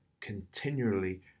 continually